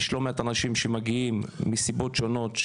יש לא מעט אנשים שמגיעים מסיבות שונות,